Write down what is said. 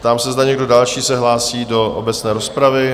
Ptám se, zda někdo další se hlásí do obecné rozpravy?